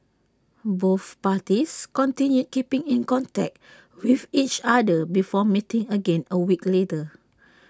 both parties continued keeping in contact with each other before meeting again A week later